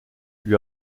lui